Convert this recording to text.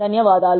ధన్యవాదాలు